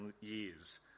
years